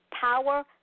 Power